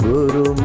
Guru